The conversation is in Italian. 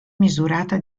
misurata